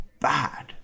bad